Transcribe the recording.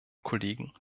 kollegen